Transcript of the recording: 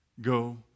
go